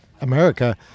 America